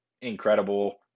incredible